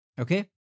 Okay